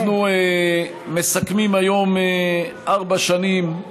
אנחנו מסכמים היום ארבע שנים,